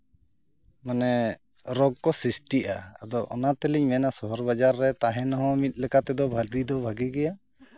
ᱢᱟᱱᱮ ᱨᱳᱜᱽ ᱠᱚ ᱥᱨᱤᱥᱴᱤᱜᱼᱟ ᱟᱫᱚ ᱚᱱᱟ ᱛᱮᱞᱤᱧ ᱢᱮᱱᱟ ᱥᱚᱦᱚᱨ ᱵᱟᱡᱟᱨ ᱨᱮ ᱛᱟᱦᱮᱱ ᱦᱚᱸ ᱢᱤᱫ ᱞᱮᱠᱟᱛᱮᱫᱚ ᱵᱷᱟᱹᱜᱤ ᱫᱚ ᱵᱷᱟᱹᱜᱤ ᱜᱮᱭᱟ